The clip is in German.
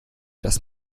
dass